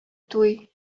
туй